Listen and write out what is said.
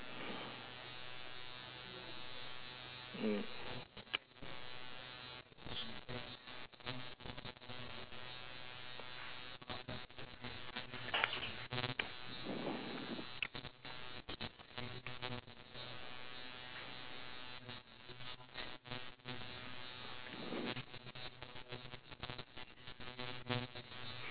mm